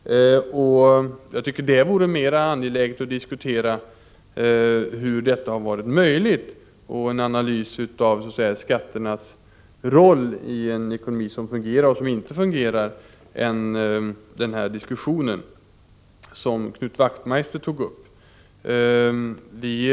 Det vore mera angeläget att diskutera hur detta har varit möjligt och göra en analys av skatternas roll i en ekonomi som fungerar resp. inte fungerar än att föra den debatt som Knut Wachtmeister här tog initiativ till.